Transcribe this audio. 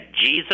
jesus